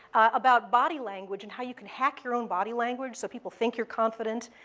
about body language and how you can hack your own body language so people think you're confident.